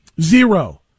Zero